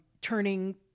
turning